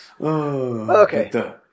Okay